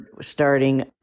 starting